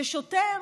ששוטר